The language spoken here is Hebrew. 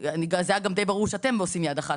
זה היה גם דיי ברור שאתם עושים יחד אחת,